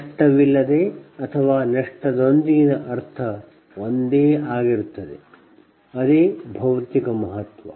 ಆದ್ದರಿಂದ ಅದೇ ಭೌತಿಕ ಮಹತ್ವ